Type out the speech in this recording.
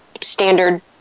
standard